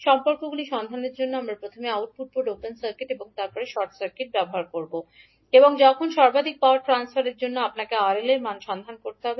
সম্পর্কগুলি সন্ধানের জন্য আমরা প্রথমে আউটপুট পোর্ট ওপেন সার্কিট এবং তারপরে শর্ট সার্কিট স্থাপন করব এবং যখন সর্বাধিক পাওয়ার ট্রান্সফারের জন্য আপনাকে 𝑅𝐿 এর মান সন্ধান করতে হবে